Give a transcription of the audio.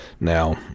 now